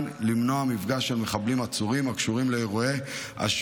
למנוע מפגש של מחבלים עצורים הקשורים לאירועי 7